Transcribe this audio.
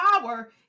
power